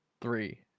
three